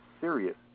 serious